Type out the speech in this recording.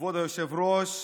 היושב-ראש,